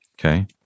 Okay